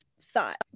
thought